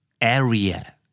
Area